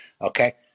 okay